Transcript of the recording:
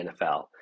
NFL